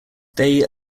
they